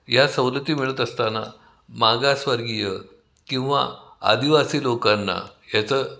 ह्या सवलती मिळत असताना मागासवर्गीय किंवा आदिवासी लोकांना ह्याचं